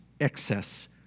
excess